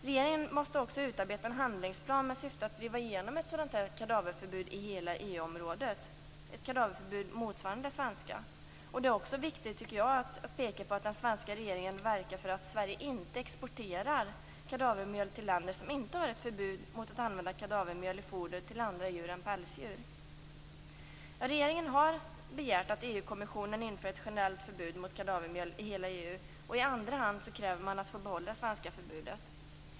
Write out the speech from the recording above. Regeringen måste också utarbeta en handlingsplan med syfte att driva igenom ett sådant kadaverförbud i hela EU-området, ett kadaverförbud motsvarande det svenska. Jag tycker också att det är viktigt att peka på att den svenska regeringen verkar för att Sverige inte exporterar kadavermjöl till länder som inte har ett förbud mot att använda kadavermjöl i fodret till andra djur än pälsdjur. Regeringen har begärt att EU-kommissionen inför ett generellt förbud mot kadavermjöl i hela EU. I andra hand kräver regeringen att få behålla det svenska förbudet.